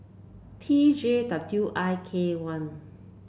T J W I K one